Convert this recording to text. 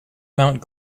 mount